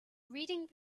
reading